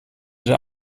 der